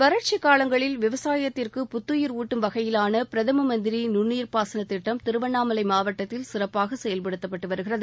வறட்சி காலங்களில் விவசாயத்திற்கு புத்துயிர் ஊட்டும் வகையிலான பிரதம மந்திரி நுண்ணீர் பாசன திட்டம் திருவண்ணாமலை மாவட்டத்தில் சிறப்பாக செயல்படுத்தப்பட்டு வருகிறது